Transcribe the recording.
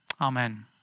Amen